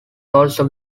also